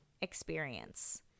experience